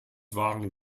waren